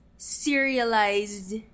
serialized